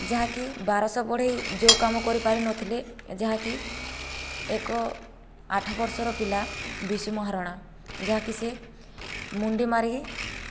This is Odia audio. ଯାହାକି ବାର ଶହ ବଢ଼େଇ ଯେଉଁ କାମ କରିପାରିନଥିଲେ ଯାହାକି ଏକ ଆଠ ବର୍ଷର ପିଲା ବିଶୁ ମହାରଣା ଯାହାକି ସେ ମୁଣ୍ଡି ମାରି